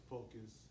Focus